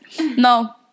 No